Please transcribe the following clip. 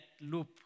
loop